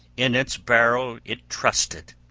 in its barrow it trusted,